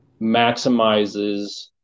maximizes